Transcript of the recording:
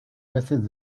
veces